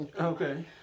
Okay